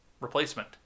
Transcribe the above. replacement